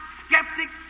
skeptic